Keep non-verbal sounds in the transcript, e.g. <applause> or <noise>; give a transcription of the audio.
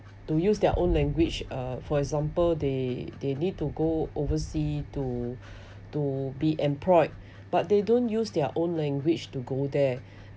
to use their own language uh for example they they need to go oversea to <breath> to be employed but they don't use their own language to go there